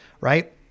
Right